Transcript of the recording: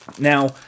Now